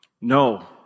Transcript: No